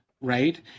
right